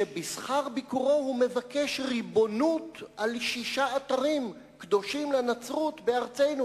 שבשכר ביקורו הוא מבקש ריבונות על שישה אתרים קדושים לנצרות בארצנו,